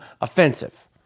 offensive